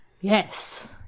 Yes